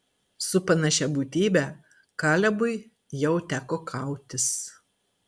su panašia būtybe kalebui jau teko kautis